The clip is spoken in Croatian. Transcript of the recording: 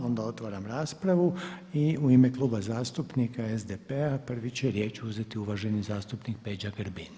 Onda otvaram raspravu i u ime Kluba zastupnika SDP-a prvi će riječ uzeti uvaženi zastupnik Peđa Grbin.